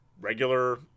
regular